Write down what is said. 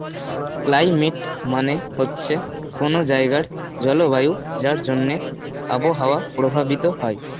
climate মানে হচ্ছে কোনো জায়গার জলবায়ু যার জন্যে আবহাওয়া প্রভাবিত হয়